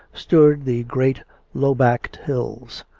stood the great low-backed hills.